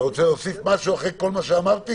אתה רוצה להוסיף משהו אחרי כל מה שאמרתי?